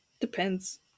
Depends